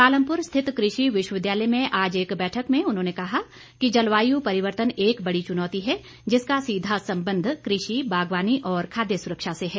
पालमपुर स्थित कृषि विश्वविद्यालय में आज एक बैठक में उन्होंने कहा कि जलवायु परिवर्तन एक बड़ी चुनौती है जिसका सीधा संबंध कृषि बागवानी और खाद्य सुरक्षा से है